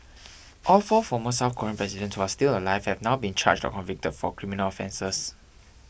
all four former South Korean president who are still alive have now been charged or convicted for criminal offences